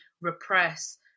repress